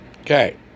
Okay